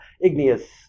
igneous